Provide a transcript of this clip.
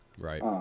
Right